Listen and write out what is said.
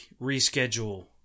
reschedule